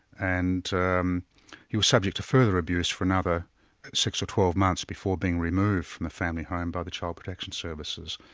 and um he was subject to further abuse for another six or twelve months before being removed from the family home by the child protection services.